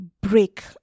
break